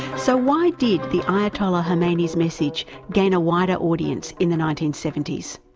so why did the ayatollah khomeini's message gain a wider audience in the nineteen seventy s?